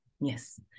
yes